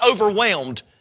overwhelmed